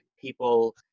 people